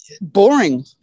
Boring